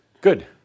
Good